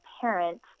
parent